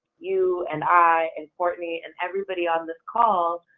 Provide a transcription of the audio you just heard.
you and i and cortney, and everybody on this call